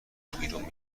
بیرون